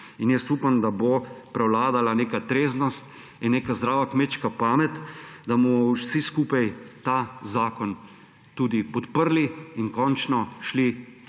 ne razume. Upam, da bo prevladala neka treznost in neka zdrava kmečka pamet, da bomo vsi skupaj ta zakon podprli in končno šli